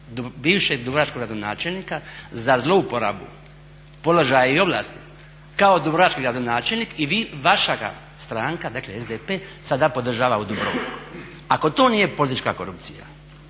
bivšeg dubrovačkog gradonačelnika za zlouporabu položaja i ovlasti kao dubrovački gradonačelnik i vi, vaša ga stranka, dakle SDP sada podržava u Dubrovniku. Ako to nije politička korupcija,